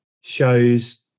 shows